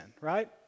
right